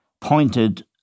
pointed